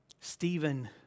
Stephen